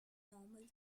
normal